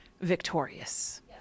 victorious